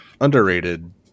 underrated